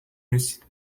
nécessite